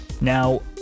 Now